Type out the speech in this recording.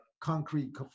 concrete